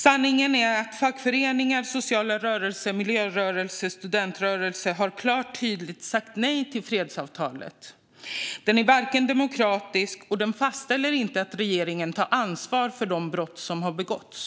Sanningen är att fackföreningar, sociala rörelser, miljörörelser och studentrörelser har sagt klart och tydligt nej till fredsavtalet. Det är inte demokratiskt, och det fastställer inte att regeringen tar ansvar för de brott som begåtts.